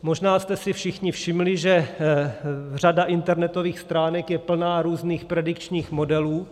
Možná jste si všichni všimli, že řada internetových stránek je plná různých predikčních modelů.